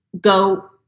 go